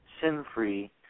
sin-free